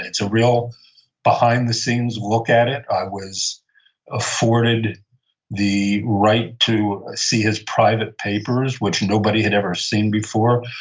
it's a real behind-the-scenes look at it. i was afforded the right to see his private papers, which nobody had ever seen before.